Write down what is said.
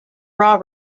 raw